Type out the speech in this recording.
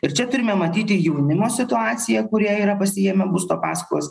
ir čia turime matyti jaunimo situaciją kurie yra pasiėmę būsto paskolas